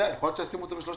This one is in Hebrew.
הישיבה ננעלה בשעה